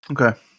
Okay